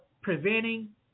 preventing